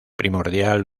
primordial